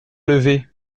levé